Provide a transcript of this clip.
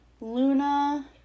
luna